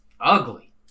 ugly